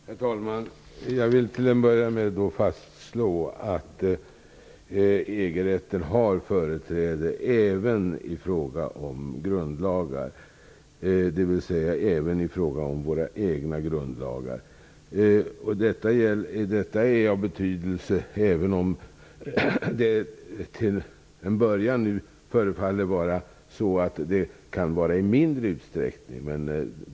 Herr talman! Jag vill till en början slå fast att EG rätten har företräde även i fråga om våra egna grundlagar. Detta är av betydelse även om det till en början endast förefaller gälla några få områden.